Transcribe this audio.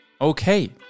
Okay